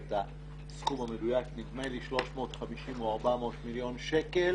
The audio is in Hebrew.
את הסכום המדויק אבל נדמה לי שהוא 350 או 400 מיליון שקלים